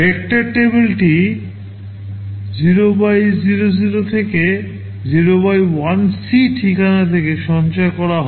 vector টেবিলটি 0x00 থেকে 0x1c ঠিকানা থেকে সঞ্চয় করা হয়